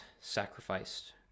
sacrificed